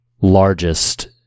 largest